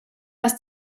dass